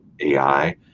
AI